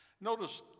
Notice